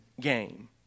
game